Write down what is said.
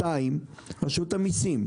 שנית, רשות המיסים.